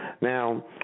now